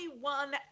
one